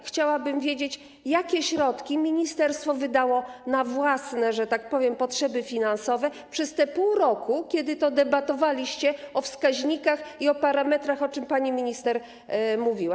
Chciałabym wiedzieć, jakie środki ministerstwo wydało na własne, że tak powiem, potrzeby finansowe przez te pół roku, kiedy to debatowaliście o wskaźnikach i parametrach, o czym pani minister mówiła.